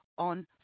on